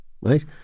right